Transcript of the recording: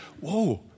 whoa